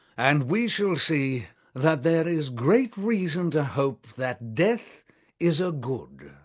and we shall see that there is great reason to hope that death is a good